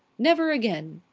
never again!